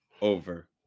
over